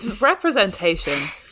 Representation